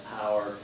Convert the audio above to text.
power